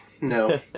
no